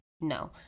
No